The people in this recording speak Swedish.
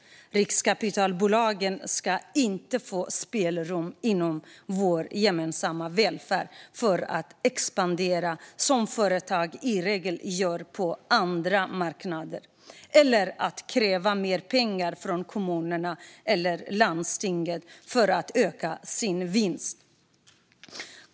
Riskkapitalbolagen ska inte få spelrum att expandera inom vår gemensamma välfärd, som företag i regel gör på andra marknader, eller kunna kräva mer pengar från kommunerna eller regionerna för att öka sin vinst.